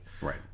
Right